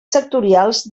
sectorials